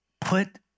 put